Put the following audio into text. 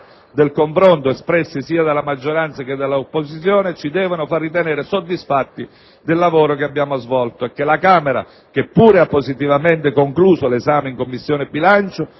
del confronto espressi sia dalla maggioranza che dall'opposizione, ci devono far ritenere soddisfatti del lavoro che abbiamo svolto e che la Camera - che pure ha positivamente concluso l'esame in Commissione bilancio